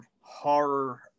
horror